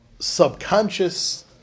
subconscious